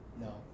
No